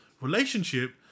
Relationship